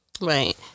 right